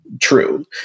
true